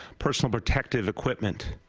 personal protective equipment.